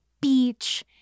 beach